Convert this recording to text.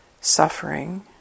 suffering